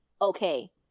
okay